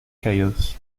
chaos